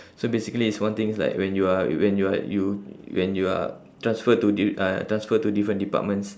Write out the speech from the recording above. so basically it's one thing it's like when you are when you are you when you are transferred to di~ uh transferred to the different departments